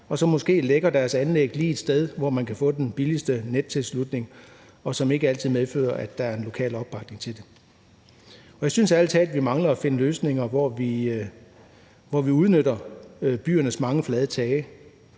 og så måske lægger deres anlæg lige et sted, hvor man kan få den billigste nettilslutning, hvilket ikke altid medfører, at der er en lokal opbakning til det. Jeg synes ærlig talt, vi mangler at finde løsninger, hvor vi udnytter byernes mange flade tage,